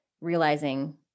realizing